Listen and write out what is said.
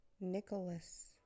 Nicholas